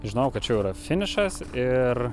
žinojau kad čia jau yra finišas ir